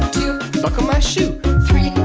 buckle my shoe three,